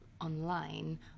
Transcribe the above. online